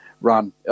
run